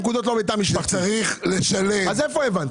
בלתת אין